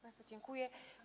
Bardzo dziękuję.